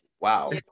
Wow